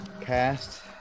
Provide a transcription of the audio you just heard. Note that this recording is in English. cast